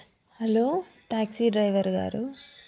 hello taxi driver గారు